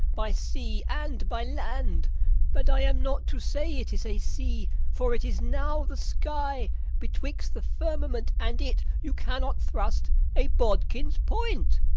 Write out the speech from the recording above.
by sea and by land but i am not to say it is a sea, for it is now the sky betwixt the firmament and it, you cannot thrust a bodkin's point.